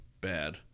bad